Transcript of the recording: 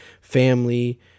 family